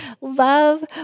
Love